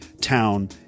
town